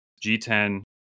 G10